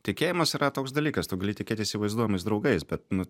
tikėjimas yra toks dalykas tu gali tikėt įsivaizduojamais draugais bet nu